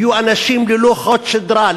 יהיו אנשים ללא חוט שדרה,